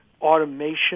Automation